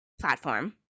platform